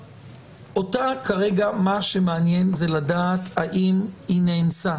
ומה שמעניין אותה לדעת כרגע זה האם היא נאנסה.